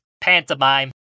pantomime